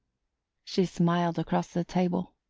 she smiled across the table.